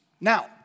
Now